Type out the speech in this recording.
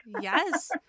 Yes